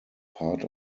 part